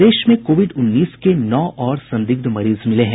प्रदेश में कोविड उन्नीस के नौ और संदिग्ध मरीज मिले हैं